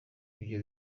ivyo